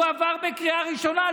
הוא עבר בקריאה ראשונה.